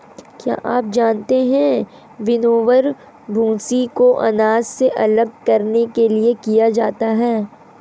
क्या आप जानते है विनोवर, भूंसी को अनाज से अलग करने के लिए किया जाता है?